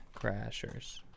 Crashers